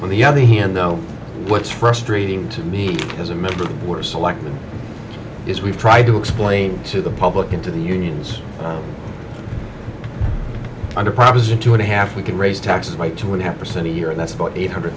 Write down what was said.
on the other hand though what's frustrating to me as a member who were selected is we've tried to explain to the public into the unions under proposition two and a half we can raise taxes by two and a half percent a year and that's about eight hundred